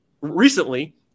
recently